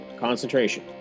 Concentration